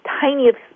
tiniest